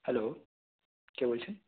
hello কে বলছেন